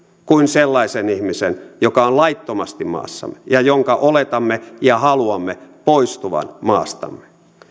kuin sellaisen ihmisen joka on laittomasti maassamme ja jonka oletamme ja haluamme poistuvan maastamme